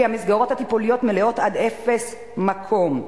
כי המסגרות הטיפוליות מלאות עד אפס מקום.